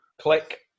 click